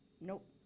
Nope